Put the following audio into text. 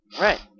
Right